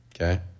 Okay